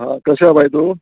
हा कशें आसा बाय तूं